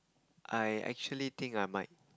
I actually think I might